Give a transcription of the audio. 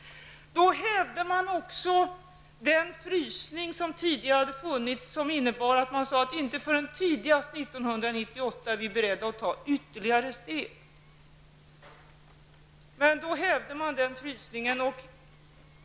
Då hävde man också den frysning som tidigare funnits och som innebär att man sade att inte förrän tidigast 1998 är vi beredda att ta ytterligare steg. Den frysningen hävdes.